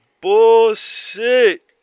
bullshit